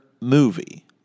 movie